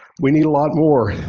we need a lot more.